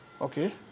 Okay